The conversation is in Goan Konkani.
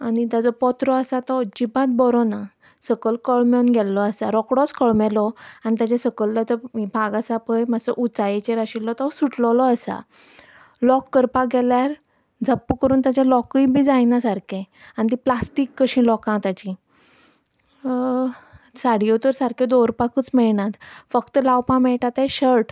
आनी ताजो पत्रो आसा तो अजिबात बरो ना सकयल कळमेवन गेल्लो आसा रोकडोच कळमेलो आनी तेज्या सकयलो तो भाग आसा पय मातसो उचायेचेर आशिल्लो तो सुटलेलो आसा लॉक करपा गेल्यार झप्प करून तेजें लॉकय बी जायना सारकें आनी तीं प्लास्टीक कशीं लॉकां ताजी साडयो तर सारक्यो दवरपाकच मेयणात फक्त लावपा मेयटा ते शर्ट